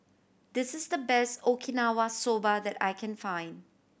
this is the best Okinawa Soba that I can find